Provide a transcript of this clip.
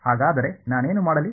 ಹಾಗಾದರೆ ನಾನೇನು ಮಾಡಲಿ